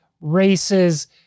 races